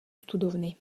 studovny